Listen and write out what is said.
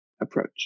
approach